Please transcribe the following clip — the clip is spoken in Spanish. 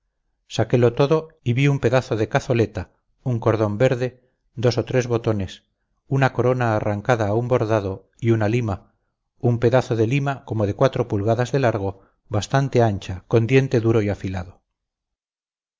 saquélo todo y vi un pedazo de cazoleta un cordón verde dos o tres botones una corona arrancada a un bordado y una lima un pedazo de lima como de cuatro pulgadas de largo bastante ancha con diente duro y afilado